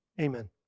Amen